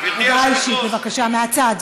הודעה אישית, בבקשה, מהצד.